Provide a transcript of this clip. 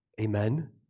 amen